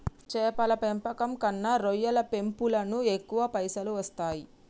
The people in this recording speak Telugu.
చేపల పెంపకం కన్నా రొయ్యల పెంపులను ఎక్కువ పైసలు వస్తాయి